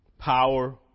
Power